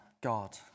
God